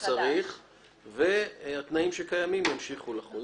הוא לא צריך, התנאים שקיימים ימשיכו לחול.